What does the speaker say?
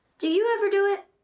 do you ever do it?